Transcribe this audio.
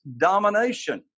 Domination